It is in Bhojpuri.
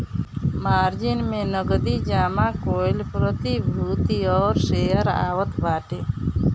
मार्जिन में नगदी जमा कईल प्रतिभूति और शेयर आवत बाटे